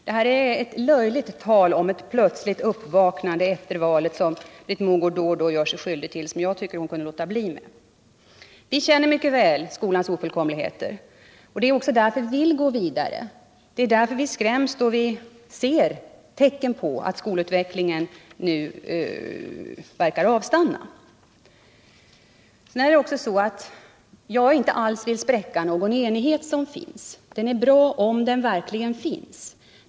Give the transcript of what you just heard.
Det är löjligt att tala om ett plötsligt uppvaknande efter valet vilket Britt Mogård då och då gör sig skyldig till — och något som jag tycker hon kunde låta bli. Socialdemokraterna känner mycket väl skolans ofullkomlighet. Det är också därför som vi vill gå vidare, det är därför som vi skräms då vi ser tecken på att skolans utveckling verkar avstanna. Jag vill inte alls spräcka någon enighet som finns — frågan är bara om den verkligen finns.